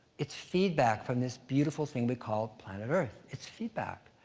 it's feedback from this beautiful thing we call planet earth. it's feedback.